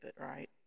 right